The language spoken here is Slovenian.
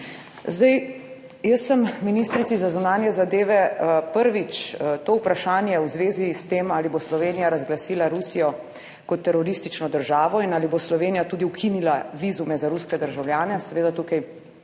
ostali. Jaz sem ministrici za zunanje zadeve prvič to vprašanje v zvezi s tem, ali bo Slovenija razglasila Rusijo kot teroristično državo in ali bo Slovenija tudi ukinila vizume za ruske državljane, seveda tukaj